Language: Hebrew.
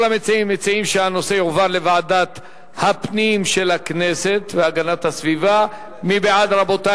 כל המציעים מציעים שהנושא יועבר לוועדת הפנים והגנת הסביבה של הכנסת.